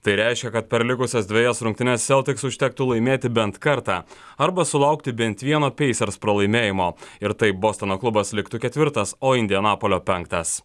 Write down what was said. tai reiškia kad per likusias dvejas rungtynes seltiks užtektų laimėti bent kartą arba sulaukti bent vieno peisers pralaimėjimo ir taip bostono klubas liktų ketvirtas o indianapolio penktas